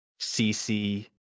CC